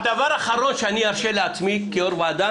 הדבר האחרון שאני ארשה לעצמי כיו"ר ועדה,